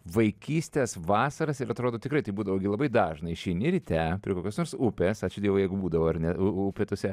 vaikystės vasaras ir atrodo tikrai tai būdavo labai dažna išeini ryte prie kokios nors upės ačiū dievui jeigu būdavo ar ne upė tuose